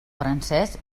francés